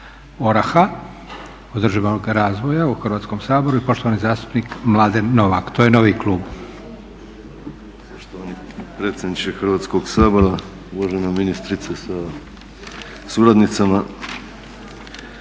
ORAH-a, Održivog razvoja u Hrvatskom saboru i poštovani zastupnik Mladen Novak, to je novi klub.